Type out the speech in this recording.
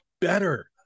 better